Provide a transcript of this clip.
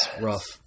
rough